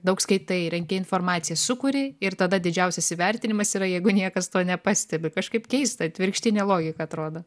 daug skaitai renki informaciją sukuri ir tada didžiausias įvertinimas yra jeigu niekas to nepastebi kažkaip keista atvirkštinė logika atrodo